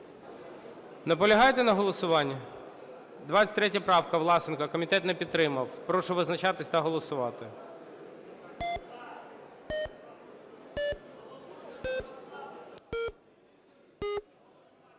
Наполягаєте на голосуванні? 23 правка, Власенко. Комітет не підтримав. Прошу визначатись та голосувати.